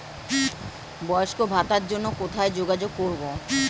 বয়স্ক ভাতার জন্য কোথায় যোগাযোগ করব?